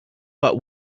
but